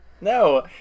No